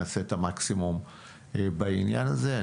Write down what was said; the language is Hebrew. ונעשה את המקסימום בעניין הזה.